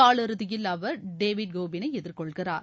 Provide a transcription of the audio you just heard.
காலிறுதியில் அவர் டேவிட் கோஃபினை எதிர்கொள்கிறார்